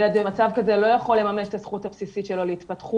ילד במצב כזה לא יכול לממש את הזכות הבסיסית שלו להתפתחות,